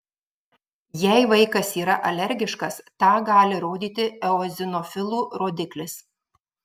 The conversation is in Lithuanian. jei vaikas yra alergiškas tą gali rodyti eozinofilų rodiklis